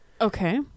okay